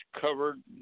covered –